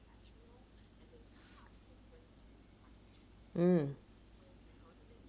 mm